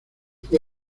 fue